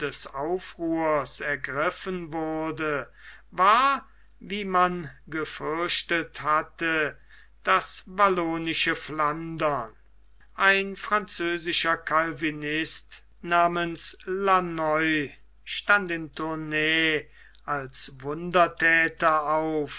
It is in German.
des aufruhrs ergriffen wurde war wie man gefürchtet hatte das wallonische flandern ein französischer calvinist namens launoi stand in tournay als wunderthäter auf